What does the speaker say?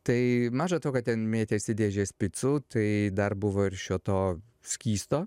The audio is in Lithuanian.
tai maža to kad ten mėtėsi dėžės picų tai dar buvo ir šio to skysto